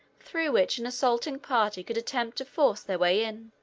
through which an assaulting party could attempt to force their way in.